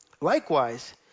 Likewise